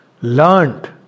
learned